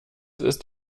ist